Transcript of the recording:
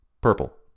purple